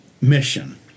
mission